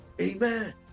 Amen